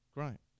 Great